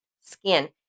skin